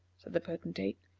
the potentate.